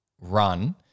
run